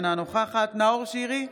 אינה נוכחת נאור שירי,